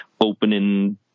opening